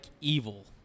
evil